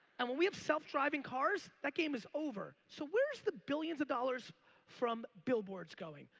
and when we have self driving cars, that game is over. so where is the billions of dollars from billboards going?